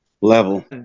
level